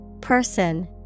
Person